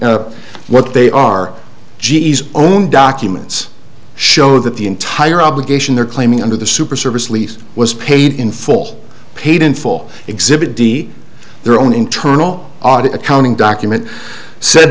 what they are g s own documents show that the entire obligation they're claiming under the super service lease was paid in full paid in full exhibit d their own internal audit accounting document said